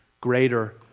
greater